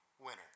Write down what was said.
Winner